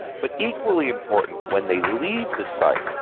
but equally important, when they leave the site,